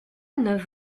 neuf